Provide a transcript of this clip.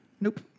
Nope